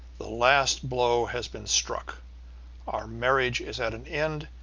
the last blow has been struck our marriage is at an end,